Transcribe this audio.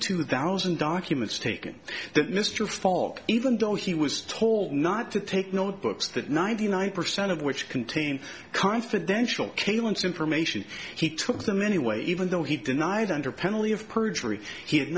two thousand documents taken that mr falk even though he was told not to take notebooks that ninety nine percent of which contain confidential kalends information he took them anyway even though he denied under penalty of perjury he had